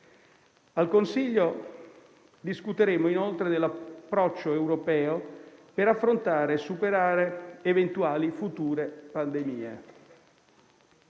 Al Consiglio d'Europa discuteremo inoltre dell'approccio europeo per affrontare e superare eventuali future pandemie.